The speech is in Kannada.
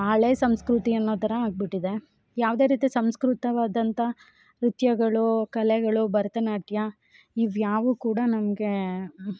ಹಳೆ ಸಂಸ್ಕೃತಿ ಅನ್ನೋ ಥರ ಆಗ್ಬಿಟ್ಟಿದೆ ಯಾವುದೇ ರೀತಿ ಸಂಸ್ಕೃತವಾದಂಥ ನೃತ್ಯಗಳು ಕಲೆಗಳು ಭರತ ನಾಟ್ಯ ಇವ್ಯಾವೂ ಕೂಡ ನಮಗೆ